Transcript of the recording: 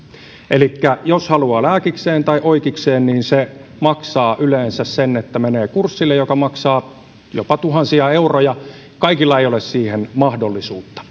elikkä jos haluaa lääkikseen tai oikikseen se maksaa yleensä sen että menee kurssille joka maksaa jopa tuhansia euroja kaikilla ei ole siihen mahdollisuutta